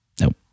nope